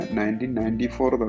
1994